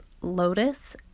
Lotus